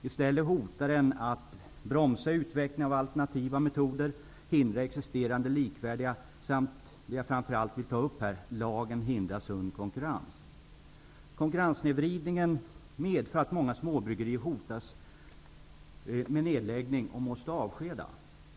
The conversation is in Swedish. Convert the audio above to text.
I stället hotar den att bromsa utvecklingen av alternativa metoder och hindra existerande likvärdiga, samt -- det är framför allt det jag vill ta upp här -- att hindra sund konkurrens. Konkurrenssnedvridningen medför att många småbryggerier hotas med nedläggning och måste avskeda.